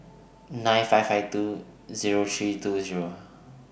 nine five five two Zero three two Zero